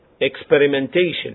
experimentation